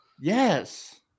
yes